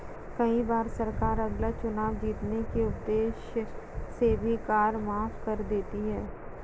कई बार सरकार अगला चुनाव जीतने के उद्देश्य से भी कर माफ कर देती है